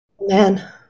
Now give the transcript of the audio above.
man